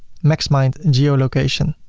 maxmind geolocation.